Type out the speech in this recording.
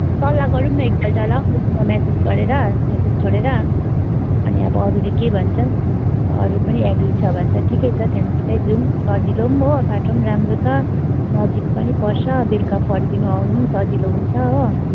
सल्लाह गरौँ न एकपल्ट ल ग्रुपमा मेसेज गरेर मेसेज छोडेर अनि अब अरूले के भन्छ अन्त अरू पनि एग्री छ भने त ठिकै छ त्यहाँदेखिन् त्यतै जाऔँ सजिलो पनि हो बाटो पनि राम्रो छ नजिक पनि पर्छ बेलुका फर्किनु आउनु पनि सजिलो हुन्छ हो